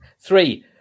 Three